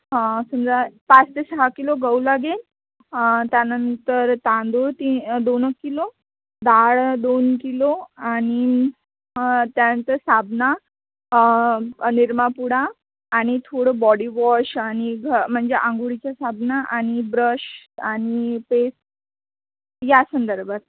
हा समजा पाच ते सहा किलो गहू लागेल त्यानंतर तांदूळ ती दोन किलो डाळ दोन किलो आणि त्यानंतर साबण निरमापुडा आणि थोडं बॉडीवॉश आणि घ म्हणजे आंघोळीच्या साबण आणि ब्रश आणि पेस्ट या संंदर्भात